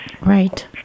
right